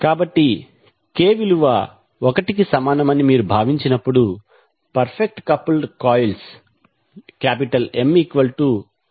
కాబట్టి k విలువ ఒకటికి సమానమని మీరు భావించినప్పుడు పర్ఫెక్ట్ కపుల్డ్ కాయిల్స్ ML1L2